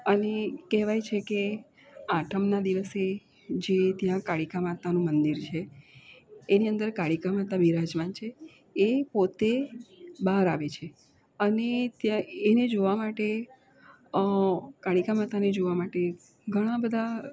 અને કહેવાય છે કે આઠમના દિવસે જે ત્યાં કાલિકા માતાનું મંદિર છે એની અંદર કાલિકા માતા બિરાજમાન છે એ પોતે બહાર આવે છે અને એને જોવા માટે કાલિકા માતા ને જોવા માટે ઘણાં બધાં